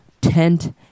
tent